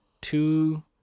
two